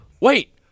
wait